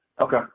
Okay